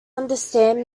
understand